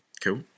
Cool